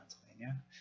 Pennsylvania